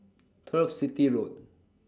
Turf City Road